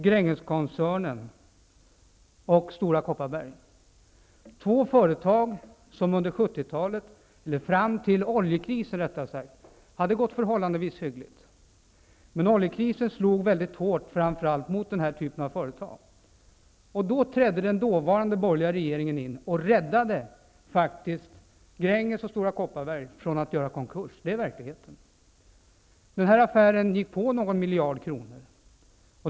Grängeskoncernen och Stora Kopparberg, två företag som fram till oljekrisen hade gått förhållandevis hyggligt. Oljekrisen slog väldigt hårt framför allt mot den typen av företag, och då trädde den dåvarande borgerliga regeringen in och räddade Gränges och Stora Kopparberg från att göra konkurs. Det är verkligheten. Den här affären gick på någon miljard kronor.